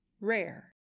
rare